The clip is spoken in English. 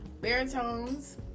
Baritones